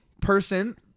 person